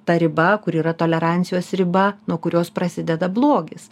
ta riba kur yra tolerancijos riba nuo kurios prasideda blogis